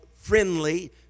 friendly